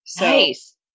Nice